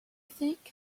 think